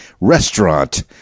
restaurant